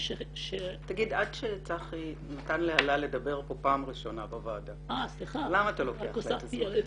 עד שצחי נתן להאלה לדבר כאן פעם ראשונה בוועדה למה אתה לוקח לה את זה?